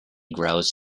grows